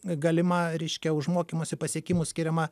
galima reiškia už mokymosi pasiekimus skiriama